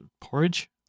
porridge